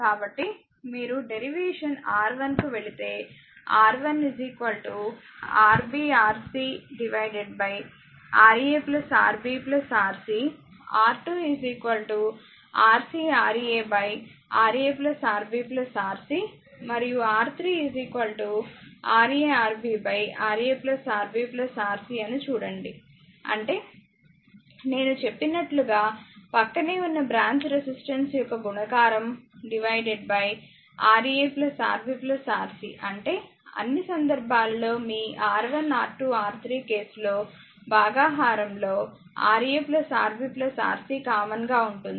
కాబట్టి మీరు derivation R1 కు వెళితే R1 Rb Rc Ra Rb Rc R2 Rc Ra Ra Rb Rc మరియు R3 Ra Rb Ra Rb Rc అని చూడండి అంటే నేను చెప్పినట్లు గా ప్రక్కనే ఉన్న బ్రాంచ్ రెసిస్టెన్స్ యొక్క గుణకారం Ra Rb Rc అంటే అన్ని సందర్భాలలో మీ R1R2R3 కేసు లో భాగహారం లో Ra Rb Rc కామన్ గా ఉంటుంది